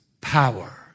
power